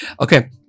Okay